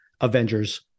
Avengers